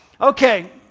okay